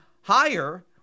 higher